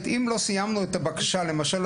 למשל,